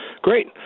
Great